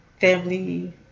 family